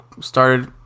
started